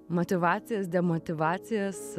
motyvacijas demotyvacijas